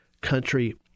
country